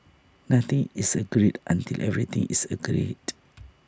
nothing is agreed until everything is agreed